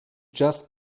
just